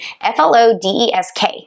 F-L-O-D-E-S-K